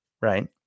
right